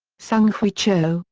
seung-hui cho,